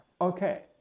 Okay